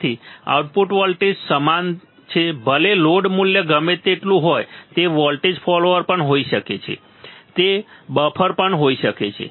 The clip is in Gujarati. તેથી આઉટપુટ વોલ્ટેજ સમાન છે ભલે લોડ મૂલ્ય ગમે તેટલું હોય તે વોલ્ટેજ ફોલોઅર પણ હોઈ શકે છે તે બફર પણ હોઈ શકે છે